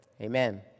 Amen